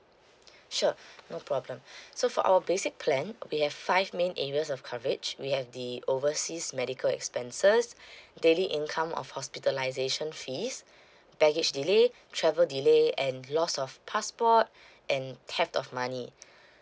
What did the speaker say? sure no problem so for our basic plan we have five main areas of coverage we have the overseas medical expenses daily income of hospitalization fees baggage delay travel delay and loss of passport and theft of money